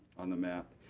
on the map.